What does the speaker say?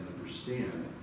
understand